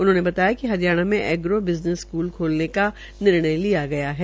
उन्होंने बताया कि हरियाणा में एग्रो बिजनस स्कूल खोलने का निर्णय लिया है